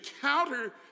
counter